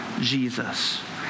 Jesus